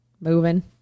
moving